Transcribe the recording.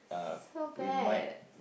so bad